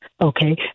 okay